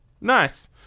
nice